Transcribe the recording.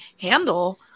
handle